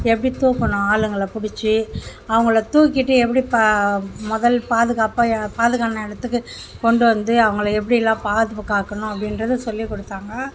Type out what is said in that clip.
எப்படி தூக்கணும் ஆளுங்களை பிடிச்சி அவங்களை தூக்கிட்டு எப்படி ப முதல்ல பாதுகாப்பாக பாதுகான இடத்துக்கு கொண்டு வந்து அவங்களை எப்படிலாம் பாதுகாக்கணும் அப்படின்றத சொல்லிக் கொடுத்தாங்க